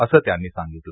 असं त्यानी सांगितलं